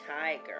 tiger